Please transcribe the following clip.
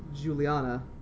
juliana